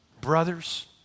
Brothers